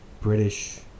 British